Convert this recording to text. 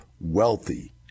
wealthy